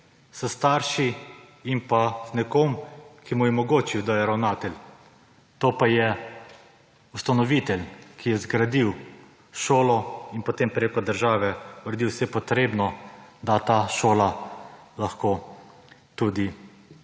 s starši in pa z nekom, ki mu je omogočil, da je ravnatelj, to pa je ustanovitelj, ki je zgradil šolo in potem preko države uredil vse potrebno, da ta šola lahko tudi